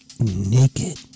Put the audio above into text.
Naked